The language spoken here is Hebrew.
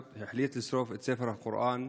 החליט לשרוף את ספר הקוראן בשבדיה,